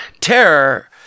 terror